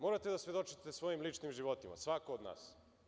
Morate da svedočite svojim ličnim životima, svako od nas.